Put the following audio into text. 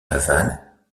navale